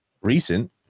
recent